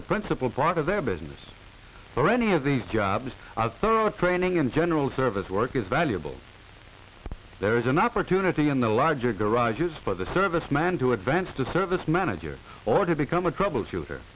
the principal brought to their business or any of these jobs training in general service work is valuable there is an opportunity in the larger garages for the serviceman to advance to service manager or to become a troubleshooter